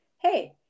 hey